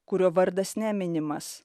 kurio vardas neminimas